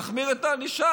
נחמיר עליו את הענישה